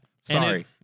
Sorry